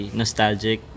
nostalgic